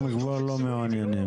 הם כבר לא מעוניינים.